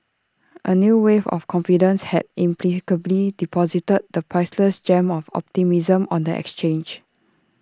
A new wave of confidence had inexplicably deposited the priceless gem of optimism on the exchange